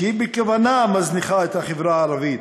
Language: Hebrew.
שהיא בכוונה מזניחה את החברה הערבית